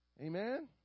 Amen